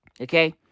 Okay